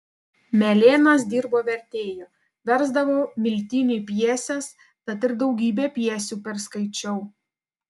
melėnas dirbo vertėju versdavo miltiniui pjeses tad ir daugybę pjesių perskaičiau